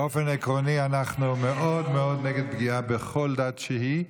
באופן עקרוני אנחנו מאוד מאוד נגד פגיעה בכל דת שהיא,